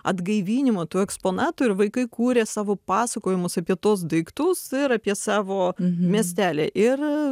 atgaivinimo tų eksponatų ir vaikai kūrė savo pasakojimus apie tuos daiktus ir apie savo miestelį ir